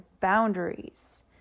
boundaries